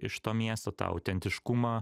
iš to miesto tą autentiškumą